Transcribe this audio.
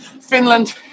Finland